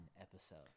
episode